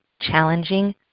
challenging